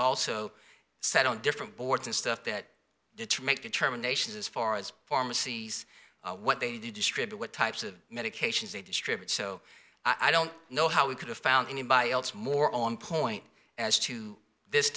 also said on different boards and stuff that make determinations as far as pharmacies what they need to distribute what types of medications they distribute so i don't know how we could have found anybody else more on point as to this